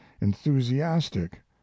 enthusiastic